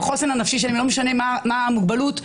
לא משנה מה המוגבלות,